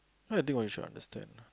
I think you should understand ah